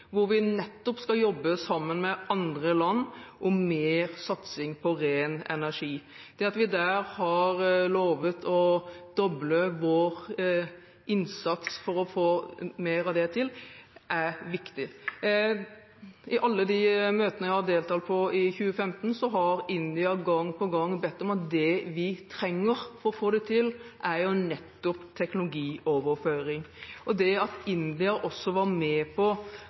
hvor vi nettopp skal jobbe sammen med andre land om mer satsing på ren energi. Det at vi der har lovet å doble vår innsats for å få til mer av det, er viktig. I alle de møtene jeg har deltatt på i 2015, har India gang på gang sagt at det de trenger for å få det til, er teknologioverføring. Det at India også var med på